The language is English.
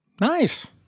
Nice